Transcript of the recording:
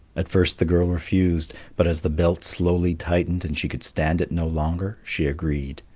at first the girl refused, but as the belt slowly tightened, and she could stand it no longer, she agreed,